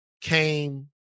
came